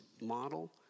model